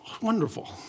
Wonderful